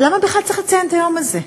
למה בכלל צריך לציין את היום הזה?